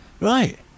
right